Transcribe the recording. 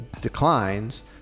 declines